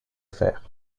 fer